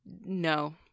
no